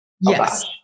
Yes